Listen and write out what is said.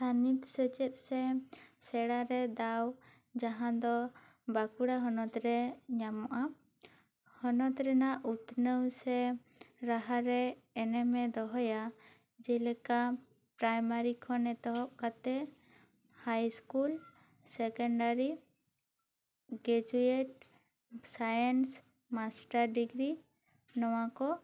ᱛᱷᱟᱹᱱᱤᱛ ᱥᱮᱪᱮᱫ ᱥᱮ ᱥᱮᱬᱟ ᱨᱮ ᱫᱟᱣ ᱡᱟᱦᱟᱸ ᱫᱚ ᱵᱟᱸᱠᱩᱲᱟ ᱦᱚᱱᱚᱛ ᱨᱮ ᱧᱟᱢᱚᱜᱼᱟ ᱦᱚᱱᱚᱛ ᱨᱮᱱᱟᱜ ᱩᱛᱱᱟᱹᱣ ᱥᱮ ᱞᱟᱦᱟ ᱨᱮ ᱮᱱᱮᱢ ᱮ ᱫᱚᱦᱚᱭᱟ ᱡᱮ ᱞᱮᱠᱟ ᱯᱨᱟᱭᱢᱟᱨᱤ ᱠᱷᱚᱱ ᱮᱛᱚᱦᱚᱵ ᱠᱟᱛᱮᱫ high school secondary graduate science master degree ᱱᱚᱶᱟ ᱠᱚ